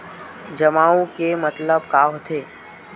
जमा आऊ के मतलब का होथे?